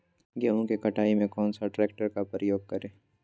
गेंहू की कटाई में कौन सा ट्रैक्टर का प्रयोग करें?